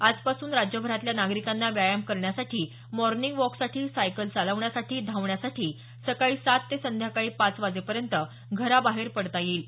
आजपासून राज्यभरातल्या नागरिकांना व्यायाम करण्यासाठी मॉर्निंग वॉकसाठी सायकल चालवण्यासाठी धावण्यासाठी सकाळी सात ते संध्याकाळी पाच वाजेपर्यंत घराबाहेर पडता येईल